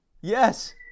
Yes